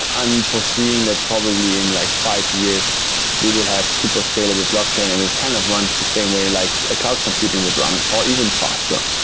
i'm foreseeing that probably in like five years we will have super scalable blockchain and it kind of runs the same way like a cloud computing would run or even faster,